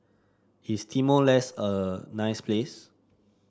is Timor Leste a nice place